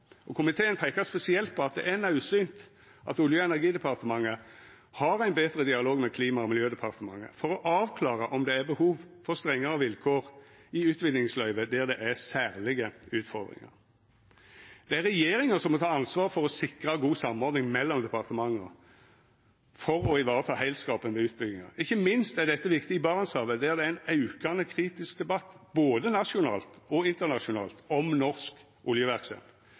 Komiteen peikar spesielt på at det er naudsynt at Olje- og energidepartementet har ein betre dialog med Klima- og miljødepartementet for å avklara om det er behov for strengare vilkår i utvinningsløyve der det er særlege utfordringar. Det er regjeringa som må ta ansvar for å sikra god samordning mellom departementa for å vareta heilskapen ved utbyggingar. Ikkje minst er dette viktig i Barentshavet, der det er ein aukande kritisk debatt både nasjonalt og internasjonalt om norsk oljeverksemd.